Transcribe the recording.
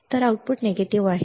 तर आउटपुट नकारात्मक आहे